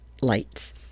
lights